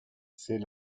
c’est